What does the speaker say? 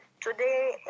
Today